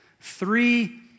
Three